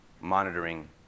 monitoring